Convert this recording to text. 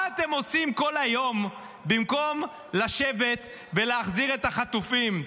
מה אתם עושים כל היום במקום לשבת ולהחזיר את החטופים?